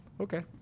Okay